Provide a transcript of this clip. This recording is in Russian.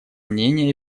мнения